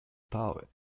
power